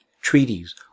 treaties